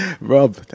Rob